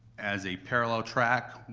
as a parallel track,